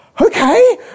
Okay